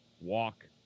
walk